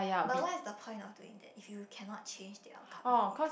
but what is the point of doing that if you cannot change the outcome already